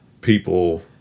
people